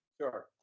Sure